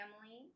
family